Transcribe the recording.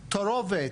תערובת,